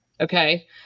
okay